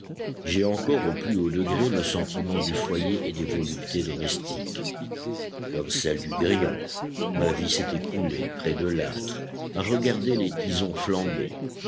j'ai encore au plus haut degré le sentiment du foyer et des voluptés domestiques comme celle du grillon ma vie s'est écoulée près de l'âtre à regarder les tisons flamber